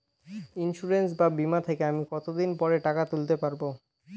Insurance বা বিমা থেকে আমি কত দিন পরে টাকা তুলতে পারব?